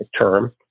term